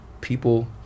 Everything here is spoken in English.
people